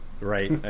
Right